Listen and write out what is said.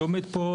אני עומד פה,